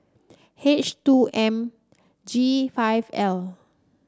H two M G five L